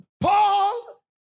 Paul